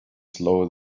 slowly